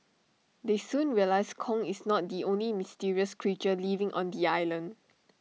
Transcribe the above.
they soon realise Kong is not the only mysterious creature living on the island